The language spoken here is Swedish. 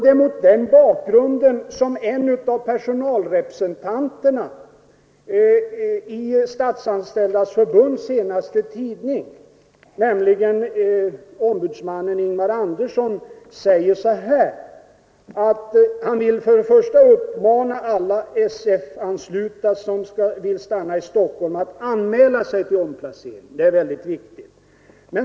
Det är mot den bakgrunden som en av personalrepresentanterna i Statsanställdas förbunds tidning Statsanställd, nämligen ombudsmannen Ingemar Andersson, vill mana alla SF-anslutna som vill stanna att anmäla sig till omplacering.